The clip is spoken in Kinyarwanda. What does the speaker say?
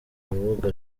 urubuga